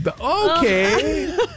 Okay